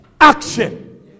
action